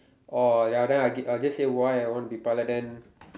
orh ya then I I'll just say why I want to be pilot then